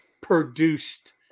produced